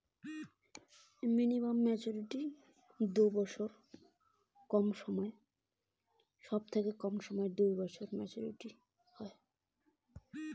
সবথেকে কম কতো সময়ের বিনিয়োগে কতো সময়ে মেচুরিটি হয়?